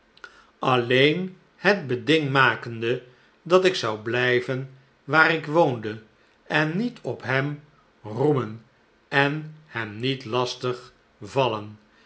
alleen het beding makende dat ik zou blijven waar ik woonde en niet op hem roemen en hem niet lastig vallen